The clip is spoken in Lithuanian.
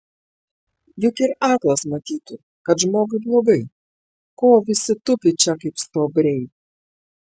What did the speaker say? juk ir aklas matytų kad žmogui blogai ko visi tupi čia kaip stuobriai